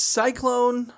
cyclone